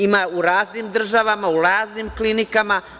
Ima u raznim državama, u raznim klinikama.